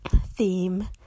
theme